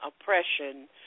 oppression